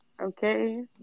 Okay